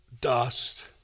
dust